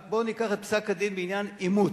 רק בוא ניקח את פסק-הדין בעניין אימוץ,